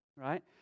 right